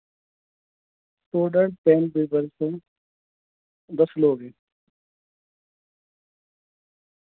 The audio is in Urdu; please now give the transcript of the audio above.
ٹوٹل ٹین پیپرس سے دس لوگ ہیں